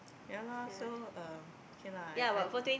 yeah lor so um okay lah I I